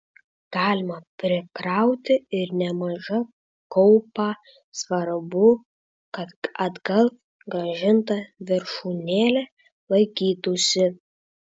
galima prikrauti ir nemažą kaupą svarbu kad atgal grąžinta viršūnėlė laikytųsi